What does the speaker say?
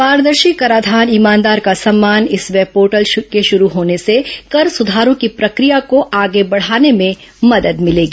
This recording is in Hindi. पारदर्शी कराधान ईमानदार का सम्मान इस वेब पोर्टल शुरू होने से कर सुधारों की प्रक्रिया को आगे बढाने में मदद मिलेगी